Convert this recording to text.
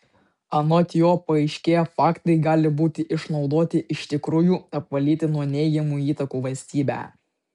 anot jo paaiškėję faktai gali būti išnaudoti iš tikrųjų apvalyti nuo neigiamų įtakų valstybę